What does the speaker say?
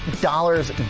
dollars